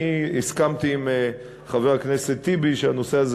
אני הסכמתי עם חבר הכנסת טיבי שהנושא הזה